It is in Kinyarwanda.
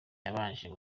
yabashije